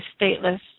stateless